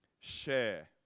Share